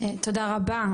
תודה רבה,